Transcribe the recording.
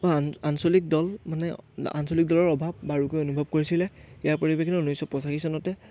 আন আঞ্চলিক দল মানে আঞ্চলিক দলৰ অভাৱ বাৰুকৈ অনুভৱ কৰিছিলে ইয়াৰ পৰিপ্ৰেক্ষিতত ঊনৈছশ পঁচাশী চনতে